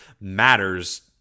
matters